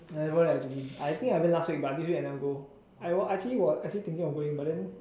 never actually I actually went last week but this week I never go actually I was thinking of going but then